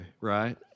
right